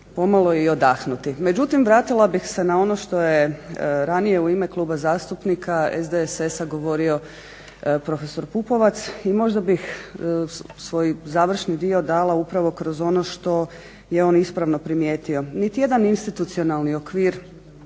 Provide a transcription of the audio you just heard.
pomalo i odahnuti. Međutim vratila bih se na ono što je ranije u ime Kluba zastupnika SDSS-a govorio prof. PUpovac i možda bih svoj završni dio upravo dala kroz ono što je on ispravno primijetio. Niti jedan institucionalni okvir,